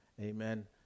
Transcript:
amen